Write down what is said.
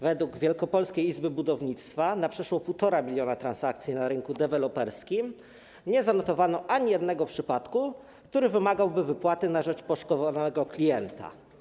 Według Wielkopolskiej Izby Budownictwa na przeszło 1,5 mln transakcji na rynku deweloperskim nie zanotowano ani jednego przypadku, który wymagałby wypłaty na rzecz poszkodowanego klienta.